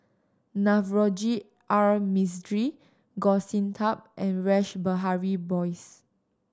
Navroji R Mistri Goh Sin Tub and Rash Behari Bose